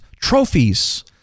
trophies